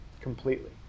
completely